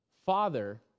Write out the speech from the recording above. Father